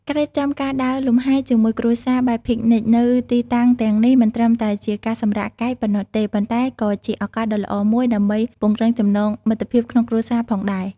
ការរៀបចំការដើរលំហែជាមួយគ្រួសារបែបពិកនិចនៅទីតាំងទាំងនេះមិនត្រឹមតែជាការសម្រាកកាយប៉ុណ្ណោះទេ ប៉ុន្តែក៏ជាឱកាសដ៏ល្អមួយដើម្បីពង្រឹងចំណងមិត្តភាពក្នុងគ្រួសារផងដែរ។